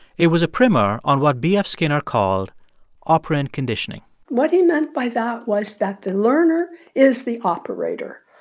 it was a primer on what b f. skinner called operant conditioning what he meant by that was that the learner is the operator.